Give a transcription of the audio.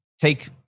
take